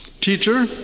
teacher